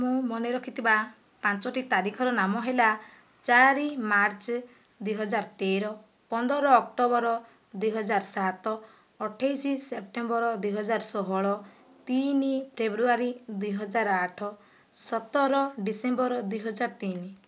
ମୁଁ ମନେ ରଖିଥିବା ପାଞ୍ଚଟି ତାରିଖର ନାମ ହେଲା ଚାରି ମାର୍ଚ୍ଚ ଦୁଇହଜାର ତେର ପନ୍ଦର ଅକ୍ଟୋବର ଦୁଇହଜାର ସାତ ଅଠେଇଶ ସେପ୍ଟେମ୍ବର ଦୁଇହଜାର ଷୋହଳ ତିନି ଫେବୃଆରୀ ଦୁଇହଜାର ଆଠ ସତର ଡିସେମ୍ବର ଦୁଇହଜାର ତିନି